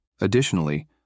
Additionally